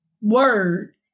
word